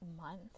month